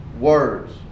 words